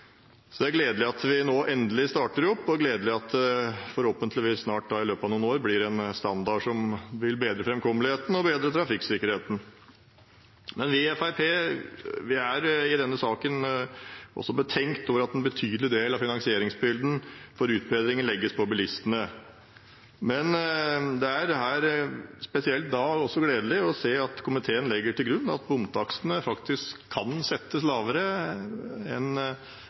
Det er gledelig at vi nå endelig skal starte opp, og det er gledelig at vi forhåpentligvis i løpet av noen år får en standard som vil bedre framkommeligheten og trafikksikkerheten. Vi i Fremskrittspartiet er i denne saken også betenkt over at en betydelig del av finansieringsbyrden for utbedringen legges på bilistene. Det er derfor spesielt gledelig å se at komiteen legger til grunn at bompengetakstene faktisk kan settes lavere enn